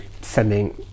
sending